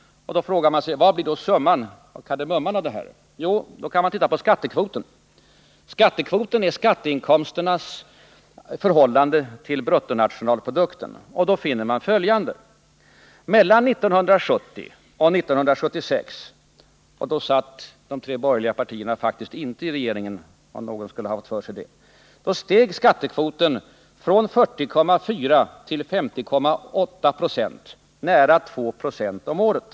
Vad blir då summan av kardemumman? Ja, låt oss se på skattekvoten som utgör skatteinkomsternas förhållande till BNP. Därvid finner man följande: Mellan 1970 och 1976 — då var faktiskt inte de tre borgerliga partierna i regeringsställning, om nu någon skulle ha haft det för sig — steg skattekvoten från 40,4 till 50,8 96 eller närmare 2 26 om året.